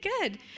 good